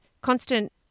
Constant